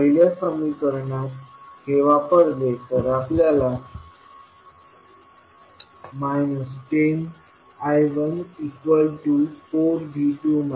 पहिल्या समीकरणात हे वापरले तर आपल्याला 10I14V2 20I2I1 0